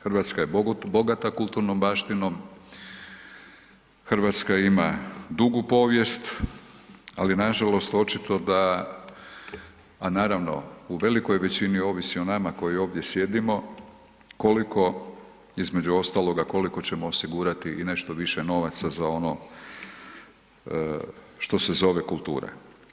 Hrvatska je bogata kulturnom baštinom, Hrvatska ima dugu povijest, ali nažalost očito da, a naravno da u velikoj većini ovisi o nama koji ovdje sjedimo koliko, između ostaloga, koliko ćemo osigurati i nešto više novaca za ono što se zove kultura.